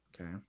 Okay